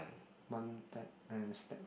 one time and a step